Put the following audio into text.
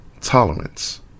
tolerance